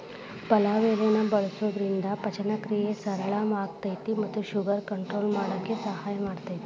ಪಲಾವ್ ಎಲಿನ ಬಳಸೋದ್ರಿಂದ ಪಚನಕ್ರಿಯೆ ಸರಳ ಆಕ್ಕೆತಿ ಮತ್ತ ಶುಗರ್ ಕಂಟ್ರೋಲ್ ಮಾಡಕ್ ಸಹಾಯ ಮಾಡ್ತೆತಿ